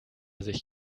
sich